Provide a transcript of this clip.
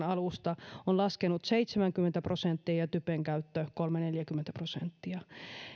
alusta on laskenut seitsemänkymmentä prosenttia ja typen käyttö kolmekymmentä viiva neljäkymmentä prosenttia